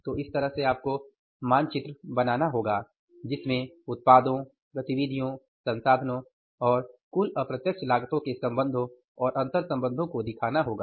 तो इस तरह से आपको मानचित्र बनाना होगा जिसमें उत्पादों गतिविधियों संसाधनों और कुल अप्रत्यक्ष लागतों के संबंधो और अंतर्संबंधो को दिखाना होगा